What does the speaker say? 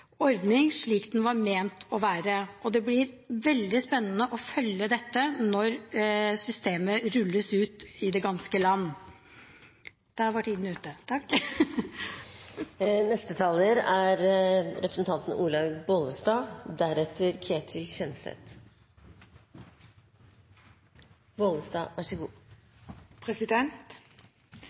ordning slik den var ment å være. Det blir veldig spennende å følge dette når systemet rulles ut i det ganske land. Jeg har lyst til å takke interpellanten for en ufattelig viktig debatt. Det er